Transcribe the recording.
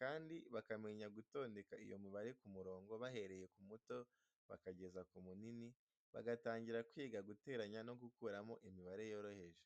kandi bakamenya gutondeka iyo mibare ku murongo, bahereye ku muto bakageza ku munini, bagatangira kwiga guteranya no gukuramo imibare yoroheje.